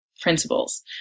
principles